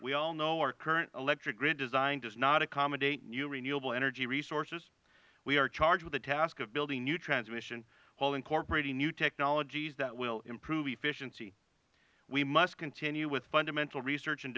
we all know our current electric grid design does not accommodate new renewable energy resources we are charged with the task of building new transmission while incorporating new technologies that will improve efficiency we must continue with fundamental research and